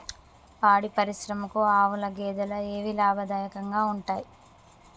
పాడి పరిశ్రమకు ఆవుల, గేదెల ఏవి లాభదాయకంగా ఉంటయ్?